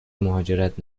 مهاجرت